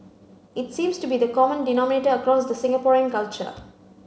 it seems to be the common denominator across the Singaporean culture